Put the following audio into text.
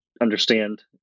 understand